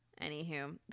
Anywho